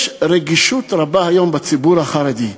יש רגישות רבה היום בציבור החרדי,